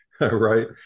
Right